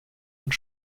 und